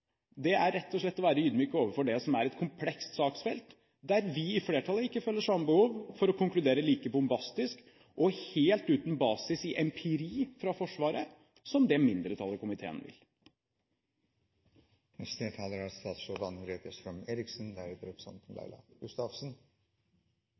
Det er ikke hersketeknikker. Det er rett og slett å være ydmyk overfor det som er et komplekst saksfelt, der vi i flertallet ikke føler samme behov for å konkludere like bombastisk og helt uten basis i empiri fra Forsvaret som det mindretallet i komiteen gjør. Jeg er faktisk enig i at dette er